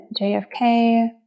JFK